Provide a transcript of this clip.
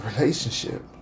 relationship